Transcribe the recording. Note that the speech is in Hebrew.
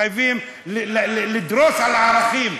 מחייבים לדרוס את הערכים.